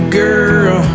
girl